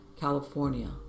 California